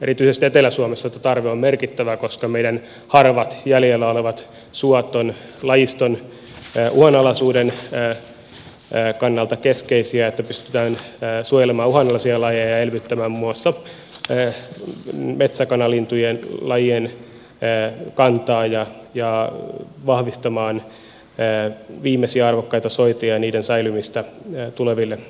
erityisesti etelä suomessa tarve on merkittävä koska meidän harvat jäljellä olevat suot ovat lajiston uhanalaisuuden kannalta keskeisiä että pystytään suojelemaan uhanalaisia lajeja ja elvyttämään muun muassa metsäkanalintujen lajien kantaa ja vahvistamaan viimeisiä arvokkaita soita ja niiden säilymistä suomalaisten tuleville sukupolville